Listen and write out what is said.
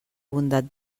bondat